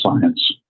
science